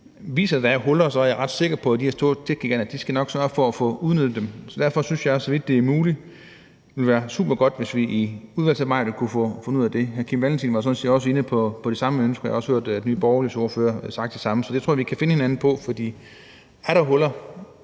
at der er huller, er jeg ret sikker på, at de her store techgiganter nok skal sørge for at få udnyttet dem. Så derfor synes jeg, at det ville være supergodt, hvis vi, så vidt det er muligt, i udvalgsarbejdet kunne få fundet ud af det. Hr. Kim Valentin var sådan set også inde på det samme ønske, og jeg har også hørt, at Nye Borgerliges ordfører har sagt det samme. Så det tror jeg vi kan finde hinanden i, for er der huller,